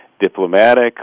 diplomatic